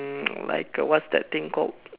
like what's that thing called